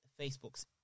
Facebook's